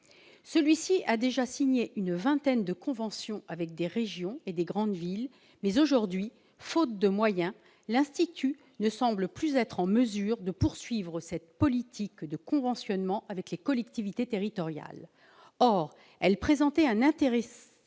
celui-ci a déjà signé une vingtaine de conventions avec des régions et des grandes villes. Aujourd'hui, toutefois, faute de moyens, l'institut ne semble plus en mesure de poursuivre cette politique de conventionnement avec les collectivités territoriales. Or cette politique présentait un intéressant